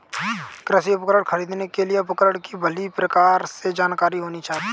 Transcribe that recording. कृषि उपकरण खरीदने के लिए उपकरण की भली प्रकार से जानकारी होनी चाहिए